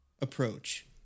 approach